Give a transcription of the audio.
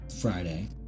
Friday